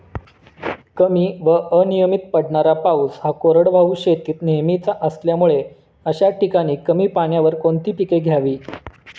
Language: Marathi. कमी व अनियमित पडणारा पाऊस हा कोरडवाहू शेतीत नेहमीचा असल्यामुळे अशा ठिकाणी कमी पाण्यावर कोणती पिके घ्यावी?